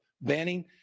banning